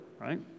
right